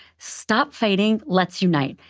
stop fighting, let's unite.